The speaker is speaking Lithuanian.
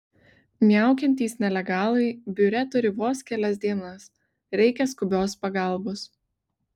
miaukiantys nelegalai biure turi vos kelias dienas reikia skubios pagalbos